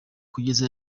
kugeza